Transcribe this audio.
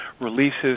releases